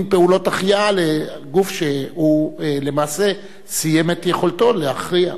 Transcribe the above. פעולות החייאה לגוף שלמעשה סיים את יכולתו להכריע.